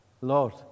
Lord